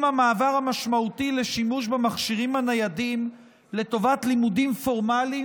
עם המעבר המשמעותי לשימוש במכשירים הניידים לטובת לימודים פורמליים